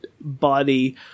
body